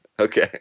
Okay